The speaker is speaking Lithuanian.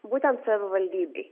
būtent savivaldybei